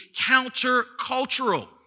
counter-cultural